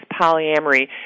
polyamory